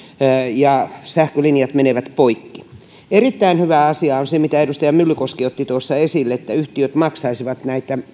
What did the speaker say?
ja sähkölinjat menevät poikki erittäin hyvä asia on se mitä edustaja myllykoski otti tuossa esille että yhtiöt maksaisivat